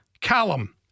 Callum